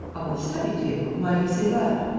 on the study-table? why do you say that?